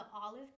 olive